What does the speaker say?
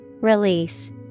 Release